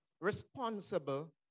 responsible